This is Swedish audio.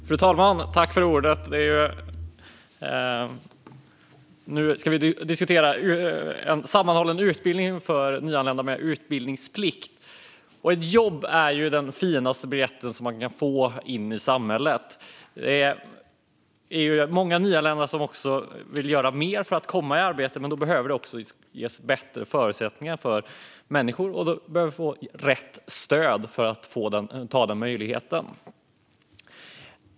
Fru talman! Nu diskuterar vi en sammanhållen utbildning för nyanlända med utbildningsplikt. Ett jobb är den finaste biljett man kan få in i samhället. Det är många nyanlända som vill göra mer för att komma i arbete. Men då behöver det ges bättre förutsättningar för människor, och då behöver de få rätt stöd för att kunna ta denna möjlighet.